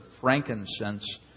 frankincense